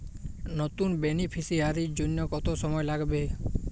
নতুন বেনিফিসিয়ারি জন্য কত সময় লাগবে?